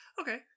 Okay